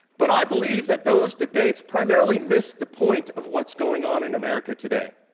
but i believe that those debates primarily miss the point of what's going on in america today.